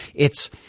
it's,